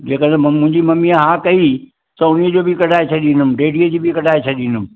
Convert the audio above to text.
जेकरु मुंहिंजी ममीअ हा कई त उन्हीअ जो बि कढाए छॾींदुमि डैडीअ जी बि कढाए छॾींदुमि